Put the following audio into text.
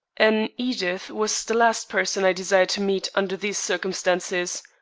an edith was the last person i desired to meet under these circumstances.